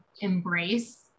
embrace